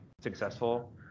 successful